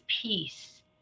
peace